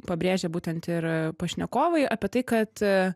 pabrėžia būtent ir pašnekovai apie tai kad